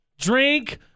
Drink